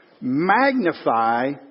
magnify